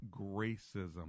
Gracism